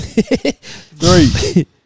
Three